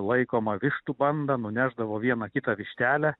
laikomą vištų bandą nunešdavo vieną kitą vištelę